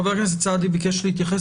חבר הכנסת סעדי ביקש להתייחס.